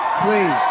please